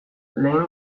lehen